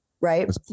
Right